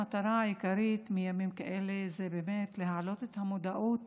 המטרה העיקרית של ימים כאלה היא להעלות את המודעות